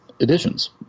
editions